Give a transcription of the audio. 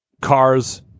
cars